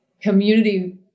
community